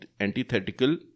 antithetical